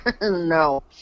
No